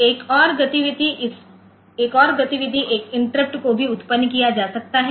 तो एक और गतिविधि एक इंटरप्ट को भी उत्पन्न किया जा सकता है